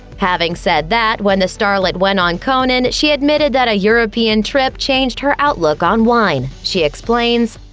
having said that, when the starlet went on conan, she admitted that a european trip changed her outlook on wine. she explains,